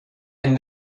and